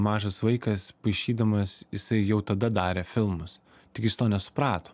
mažas vaikas paišydamas jisai jau tada darė filmus tik jis to nesuprato